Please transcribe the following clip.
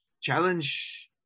challenge